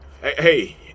Hey